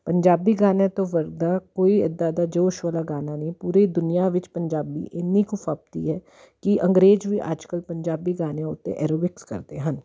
ਪੰਜਾਬੀ ਗਾਣਿਆਂ ਤੋਂ ਵਧੀਆ ਕੋਈ ਇੱਦਾਂ ਦਾ ਜੋਸ਼ ਵਾਲਾ ਗਾਣਾ ਨਹੀਂ ਪੂਰੀ ਦੁਨੀਆਂ ਵਿੱਚ ਪੰਜਾਬੀ ਇੰਨੀ ਕੁ ਫੱਬਦੀ ਹੈ ਕਿ ਅੰਗਰੇਜ਼ ਵੀ ਅੱਜ ਕੱਲ੍ਹ ਪੰਜਾਬੀ ਗਾਣਿਆਂ ਉੱਤੇ ਐਰੋਬਿਕਸ ਕਰਦੇ ਹਨ